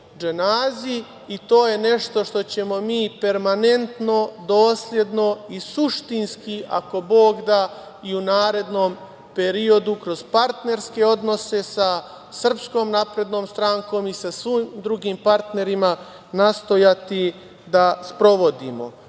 To je nešto što ćemo mi permanentno, dosledno i suštinski, ako Bog da, i u narednom periodu kroz partnerske odnose sa SNS i sa svim drugim partnerima nastojati da sprovodimo. Očigledno